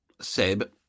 Seb